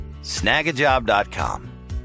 snagajob.com